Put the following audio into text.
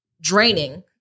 draining